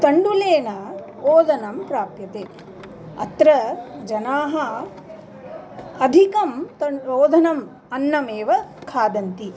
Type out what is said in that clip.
तण्डुलेन ओदनं प्राप्यते अत्र जनाः अधिकं तण् ओदनम् अन्नमेव खादन्ति